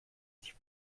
sich